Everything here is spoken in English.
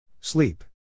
Sleep